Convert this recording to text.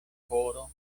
koro